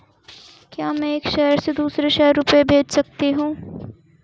क्या मैं एक शहर से दूसरे शहर रुपये भेज सकती हूँ?